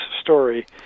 story